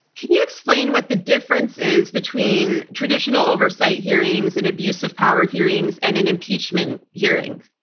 can you explain what the difference is between traditional oversight hearings and abuse of power hearings, and an impeachment hearing?